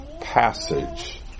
passage